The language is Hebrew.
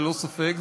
ללא ספק,